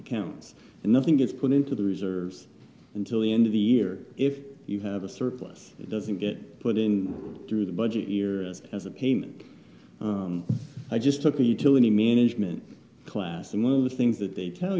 cans and nothing gets put into the reserves until the end of the year if you have a surplus it doesn't get put in through the budget as a payment i just took me to any management class and one of the things that they tell